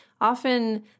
often